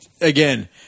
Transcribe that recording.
again